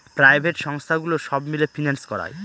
private সংস্থাগুলো সব মিলে ফিন্যান্স করায়